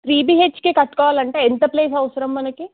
three BHK కట్టువాలి అంటే ఎంత ప్లేస్ అవసరం మనకు